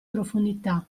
profondità